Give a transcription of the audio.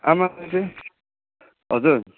आमाले चाहिँ हजुर